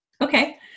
Okay